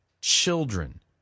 children